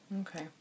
Okay